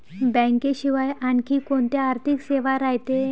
बँकेशिवाय आनखी कोंत्या आर्थिक सेवा रायते?